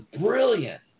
brilliant